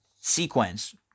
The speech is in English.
sequence